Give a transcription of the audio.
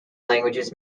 languages